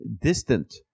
distant